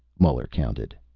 muller counted.